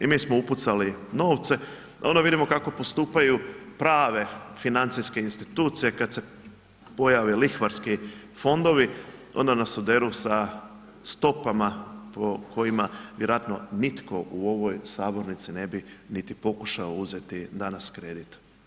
I mi smo upucali novce, a onda vidimo kako postupaju prave financijske institucije kad se pojave lihvarski fondovi onda nas oderu sa stopama po kojima vjerojatno nitko u ovoj sabornici ne bi niti pokušao uzeti danas kredit.